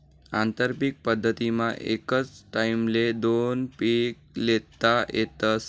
आंतरपीक पद्धतमा एकच टाईमले दोन पिके ल्हेता येतस